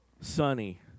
sunny